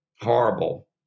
horrible